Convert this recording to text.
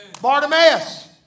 Bartimaeus